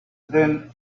then